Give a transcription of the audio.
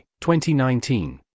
2019